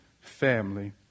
family